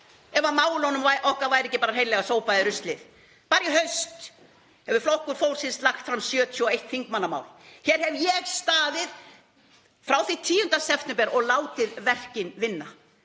ef málunum okkar væri ekki hreinlega sópað í ruslið. Bara í haust hefur Flokkur fólksins lagt fram 71 þingmannamál. Hér hef ég staðið frá því 10. september og látið verkin vinna.